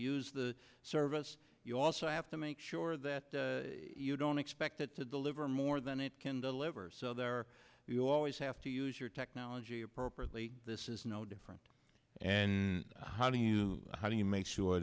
use the service you also have to make sure that you don't expect it to deliver more than it can deliver so there you always have to use your technology appropriately this is no different and how do you how do you make sure